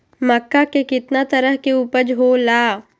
मक्का के कितना तरह के उपज हो ला?